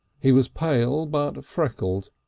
he was pale but freckled,